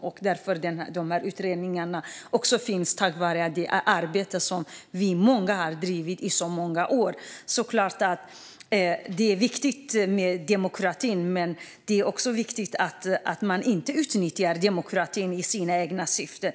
Därför finns också de här utredningarna, tack vare det arbete som vi är många som har bedrivit i många år. Det är såklart viktigt med demokrati, men det är också viktigt att man inte utnyttjar demokratin för sina egna syften.